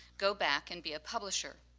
go back and be a publisher.